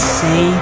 say